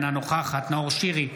אינה נוכחת נאור שירי,